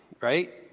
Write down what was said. right